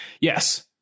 yes